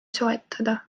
soetada